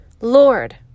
Lord